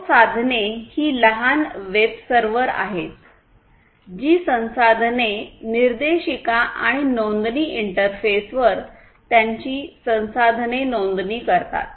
core साधने ही लहान वेब सर्व्हर आहेत जी संसाधने निर्देशिका आणि नोंदणी इंटरफेसवर त्यांची संसाधने नोंदणी करतात